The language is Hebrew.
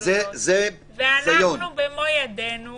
ואנחנו במו ידינו